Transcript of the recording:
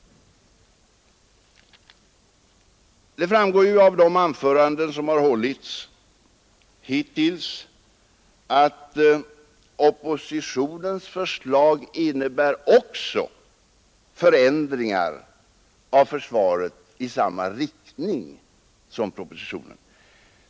Det framgår ju av de anföranden som har hållits hittills att oppositionens förslag också innebär förändringar av försvaret.